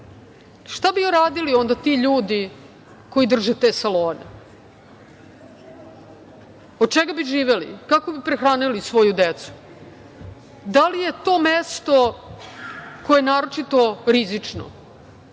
Šta bi uradili onda ti ljudi koji drže te salone, od čega bi živeli, kako bi prehranili svoju decu? Da li je to mesto koje je naročito rizično.